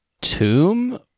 tomb